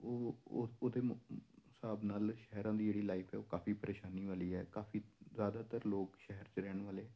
ਉਹ ਉਹ ਉਹ ਦੇ ਮੁ ਹਿਸਾਬ ਨਾਲ ਸ਼ਹਿਰਾਂ ਦੀ ਜਿਹੜੀ ਲਾਈਫ ਹੈ ਉਹ ਕਾਫ਼ੀ ਪਰੇਸ਼ਾਨੀ ਵਾਲੀ ਹੈ ਕਾਫ਼ੀ ਜ਼ਿਆਦਾਤਰ ਲੋਕ ਸ਼ਹਿਰ 'ਚ ਰਹਿਣ ਵਾਲੇ